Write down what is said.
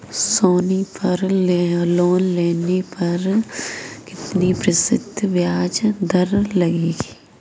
सोनी पर लोन लेने पर कितने प्रतिशत ब्याज दर लगेगी?